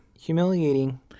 humiliating